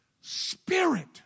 spirit